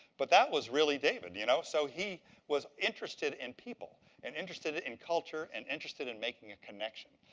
but that was really david. you know so he was interested interested in people and interested in in culture and interested in making a connection.